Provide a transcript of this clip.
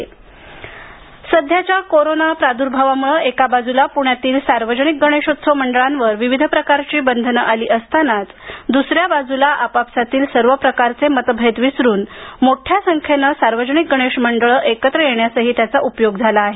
गणेशोत्सव सध्याच्या कोरोना प्रादूर्भावामुळं एका बाजूला पुण्यातील सार्वजनिक गणेशोत्सव मंडळांवर विविध प्रकारची बंधन आली असतानाच दुसऱ्या बाजूला आपापसातील सर्व प्रकारचे मतभेद विसरून मोठ्या संख्येनं सार्वजनिक गणेश मंडळ एकत्र येण्यासही त्याचा उपयोग झाला आहे